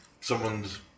someone's